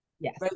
Yes